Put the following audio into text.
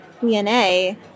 DNA